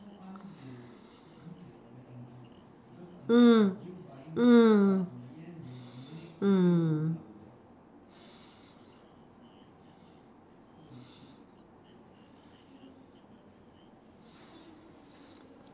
mm mm mm